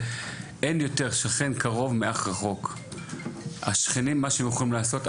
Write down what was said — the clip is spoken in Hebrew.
״אין שכן קרוב מאח רחוק.״ מה שהשכנים יכולים לעשות,